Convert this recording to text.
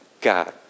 God